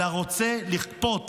אלא רוצה לכפות